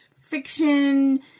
fiction